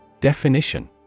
Definition